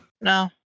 No